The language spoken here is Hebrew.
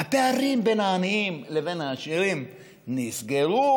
הפערים בין העניים לבין העשירים נסגרו,